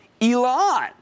ELON